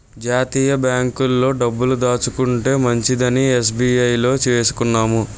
జాతీయ బాంకుల్లో డబ్బులు దాచుకుంటే మంచిదని ఎస్.బి.ఐ లో వేసుకున్నాను